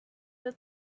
that